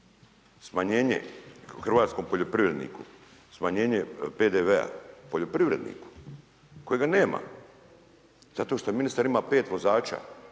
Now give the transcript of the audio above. smanjenje, hrvatskom poljoprivredniku smanjenje PDV-a, poljoprivredniku kojega nema, zato što ministar ima 5 vozača,